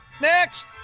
Next